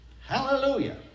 Hallelujah